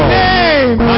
name